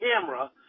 camera